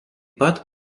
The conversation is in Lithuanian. pat